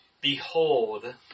behold